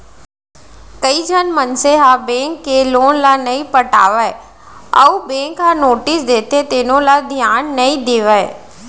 कइझन मनसे ह बेंक के लोन ल नइ पटावय अउ बेंक ह नोटिस देथे तेनो ल धियान नइ देवय